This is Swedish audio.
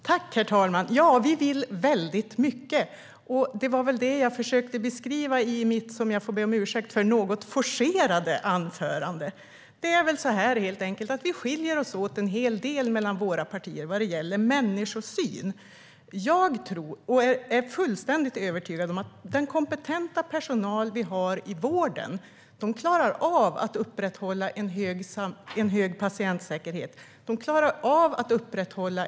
Herr talman! Vi vill väldigt mycket. Det var väl det jag försökte beskriva i mitt huvudanförande, som var något forcerat, vilket jag får be om ursäkt för. Det är väl helt enkelt så att vi skiljer oss åt en hel del mellan våra partier vad gäller människosyn. Jag är fullständigt övertygad om att den kompetenta personal vi har i vården klarar av att upprätthålla en hög patientsäkerhet och en god vårdhygien.